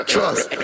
Trust